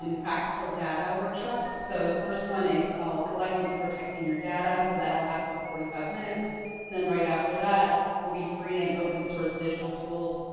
and practical data workshops, so the first one is called collecting and protecting your data so that'll happen for forty five minutes and then right after that will be free and open source digital tools.